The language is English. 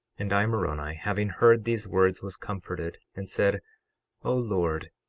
and i, moroni, having heard these words, was comforted, and said o lord,